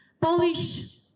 Polish